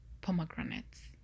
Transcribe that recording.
pomegranates